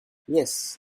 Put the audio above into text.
yes